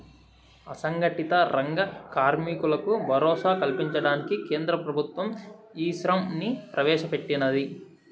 అసంగటిత రంగ కార్మికులకు భరోసా కల్పించడానికి కేంద్ర ప్రభుత్వం ఈశ్రమ్ ని ప్రవేశ పెట్టినాది